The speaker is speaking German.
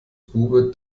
bube